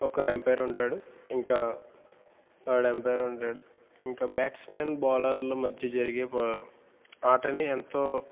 ఒక అంపైర్ ఉంటాడు ఇంకా థర్డ్ అంపైర్ ఉంటాడు ఇంకా బ్యాట్స్మెన్ బౌలర్లు మధ్య జరిగే ఆటని ఎంతో